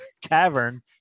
cavern